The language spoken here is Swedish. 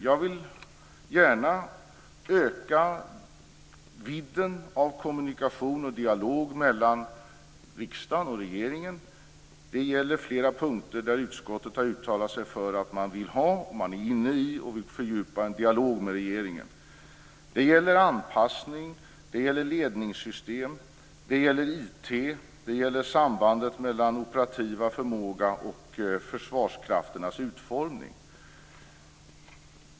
Jag vill gärna öka vidden av kommunikation och dialog mellan riksdagen och regeringen. På flera punkter har utskottet uttalat sig för att man vill ha och fördjupa en dialog med regeringen. Det gäller anpassning, ledningssystem, IT, sambandet mellan operativ förmåga och försvarskrafternas utformning.